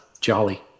jolly